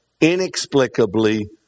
inexplicably